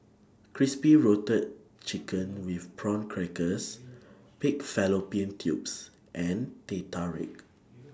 Crispy routed Chicken with Prawn Crackers Pig Fallopian Tubes and Teh Tarik